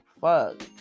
fuck